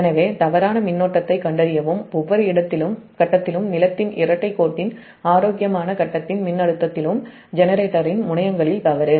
எனவே தவறான மின்னோட்டத்தைக் கண்டறியவும் ஒவ்வொரு ஃபேஸ்லும் க்ரவுன்ட்ன் இரட்டை கோட்டின் ஆரோக்கியமான ஃபேஸ்ன் மின்னழுத்தத்திலும் ஜெனரேட்டரின் முனையங்களில் தவறு